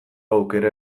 aukera